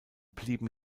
blieben